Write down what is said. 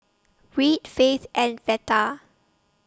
Reid Faith and Veta